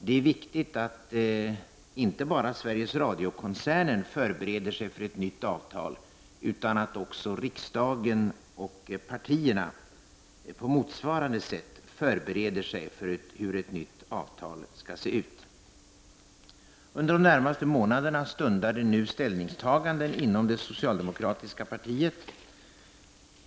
Det är viktigt att inte bara Sveriges Radio-koncernen förbereder sig för ett nytt avtal, utan att också riksdagen och partierna på motsvarande sätt förbereder sig för hur ett nytt avtal skall se ut. Under de närmaste månaderna stundar nu ställningstaganden inom det socialdemokratiska partiet.